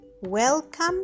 welcome